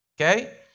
Okay